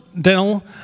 dental